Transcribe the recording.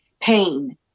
pain